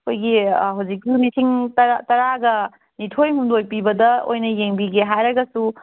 ꯑꯩꯈꯣꯏꯒꯤ ꯍꯧꯖꯤꯛꯀꯤ ꯂꯤꯁꯤꯡ ꯇꯔꯥꯒꯅꯤꯊꯣꯏ ꯍꯨꯝꯗꯣꯏ ꯄꯤꯕꯗ ꯑꯣꯏꯅ ꯌꯦꯡꯕꯤꯒꯦ ꯍꯥꯏꯔꯒꯁꯨ